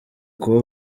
kuba